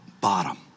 bottom